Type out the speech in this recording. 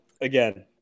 again